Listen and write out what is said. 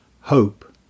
hope